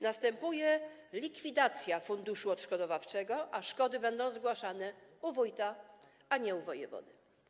Następuje likwidacja Funduszu Odszkodowawczego, a szkody będą zgłaszane u wójta, a nie u wojewody.